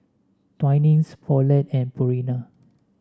Twinings Poulet and Purina